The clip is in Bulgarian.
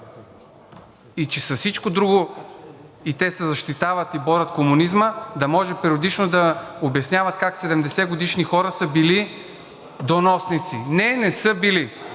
и че с всичко друго и те се защитават и борят комунизма, да може периодично да обясняват как 70-годишни хора са били доносници. Не, не са били,